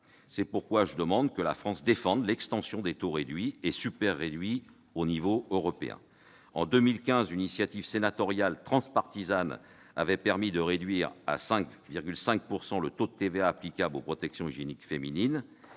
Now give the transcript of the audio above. C'est pourquoi je demande que la France défende l'extension des taux réduits et super-réduits à l'échelon européen. En 2015, une initiative sénatoriale transpartisane a permis de réduire à 5,5 % le taux de TVA applicable aux protections hygiéniques féminines.